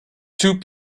two